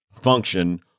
function